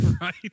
Right